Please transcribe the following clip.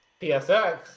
PSX